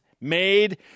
Made